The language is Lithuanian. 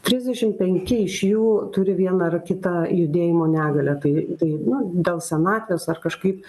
trisdešim penki iš jų turi vieną ar kitą judėjimo negalią tai tai nu dėl senatvės ar kažkaip